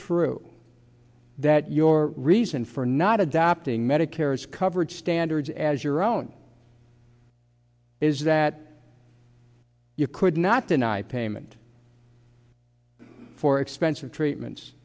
true that your reason for not adopting medicare is coverage standards as your own is that you could not deny payment for expensive treatments